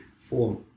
form